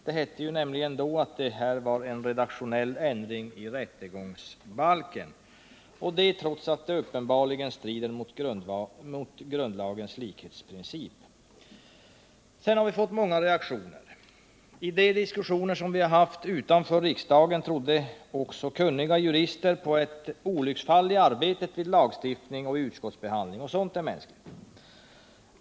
Det hette då att det här bara var ”en redaktionell ändring” i rättegångsbalken — och detta trots att den uppenbarligen strider mot grundlagens likhetsprincip. Därefter har vi fått många reaktioner. I de diskussioner som har förts utanför riksdagen har även kunniga jurister trott på ett olycksfall i arbetet vid lagstiftning och utskottsbehandling, och sådant är mänskligt.